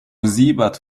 siebert